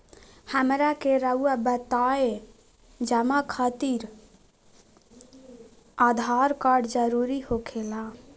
हमरा के रहुआ बताएं जमा खातिर आधार कार्ड जरूरी हो खेला?